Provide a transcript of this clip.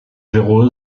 zéro